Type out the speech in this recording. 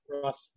trust